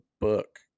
book